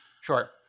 Sure